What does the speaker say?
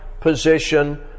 position